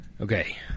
Okay